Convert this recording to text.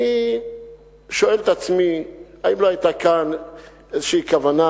אני שואל את עצמי אם לא היתה איזו כוונה